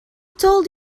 told